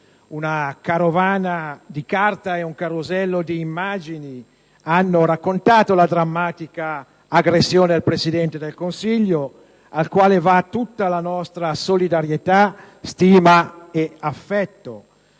una carovana di carta e un carosello di immagini hanno raccontato la drammatica aggressione al Presidente del Consiglio, al quale vanno tutta la nostra solidarietà, la nostra